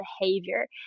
behavior